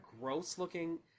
gross-looking